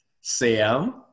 Sam